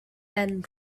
than